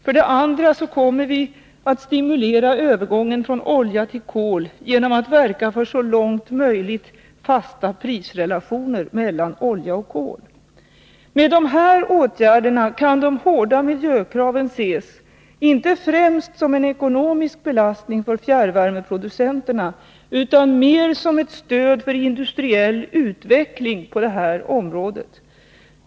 För det andra kommer vi att stimulera övergången från olja till kol genom att verka för så långt möjligt fasta Med de här åtgärderna kan de hårda miljökraven ses inte främst som en ekonomisk belastning för fjärrvärmeproducenterna utan mer som ett stöd för industriell utveckling på det här området.